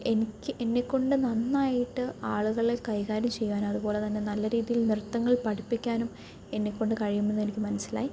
എനിക്ക് എന്നെ കൊണ്ടു നന്നായിട്ട് ആളുകളെ കൈകാര്യം ചെയ്യുവാനും അതുപോലെതന്നെ നല്ല രീതിയിൽ നൃത്തങ്ങൾ പഠിപ്പിക്കാനും എന്നെ കൊണ്ടു കഴിയുമെന്ന് എനിക്ക് മനസ്സിലായി